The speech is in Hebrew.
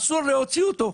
אסור להוציא אותו.